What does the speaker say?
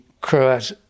Croat